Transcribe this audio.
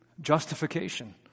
justification